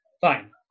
Fine